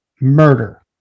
murder